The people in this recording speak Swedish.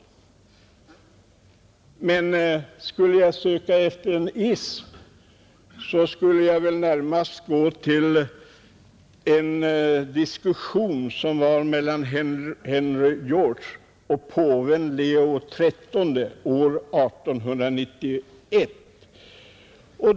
Om jag skulle söka efter en ism, skulle jag närmast gå till en diskussion mellan Henry George och påven Leo XIII år 1891.